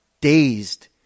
dazed